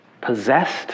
possessed